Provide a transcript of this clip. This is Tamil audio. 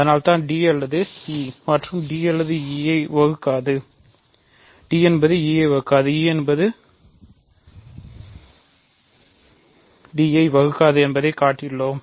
அதனால் தான் d அல்லது e மற்றும் d என்பது e ஐப் வகுக்காது e ஐ வகுக்காது என்பதைக் காட்டினோம்